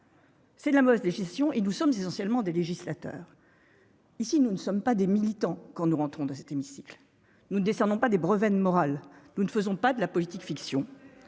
C'est la mode de gestion et nous sommes essentiellement des législateurs ici nous ne sommes pas des militants quand nous rentrons dans cet hémicycle, nous ne descendons pas des brevets de morale, nous ne faisons pas de la politique fiction,